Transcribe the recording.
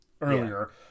earlier